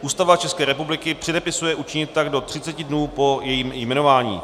Ústava České republiky předepisuje učinit tak do 30 dní po jejím jmenování.